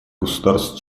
государств